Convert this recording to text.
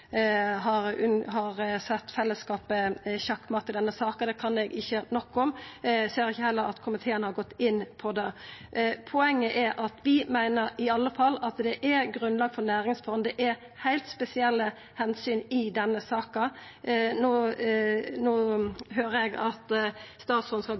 har sett fellesskapet sjakkmatt i denne saka. Det kan eg ikkje nok om. Eg ser heller ikkje at komiteen har gått inn på det. Poenget er at vi i alle fall meiner at det er grunnlag for næringsfond. Det er heilt spesielle omsyn i denne saka. No høyrer eg at statsråden skal